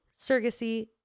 surrogacy